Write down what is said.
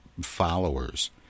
followers